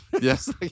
Yes